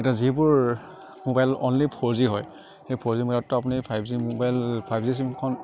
এতিয়া যিবোৰ mobile only four G হয় সেই ফ'ৰ জি মোবাইলততো আপুনি five G mobile five G চিমখন